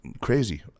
crazy